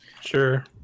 sure